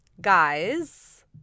Guys